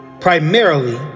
primarily